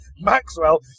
Maxwell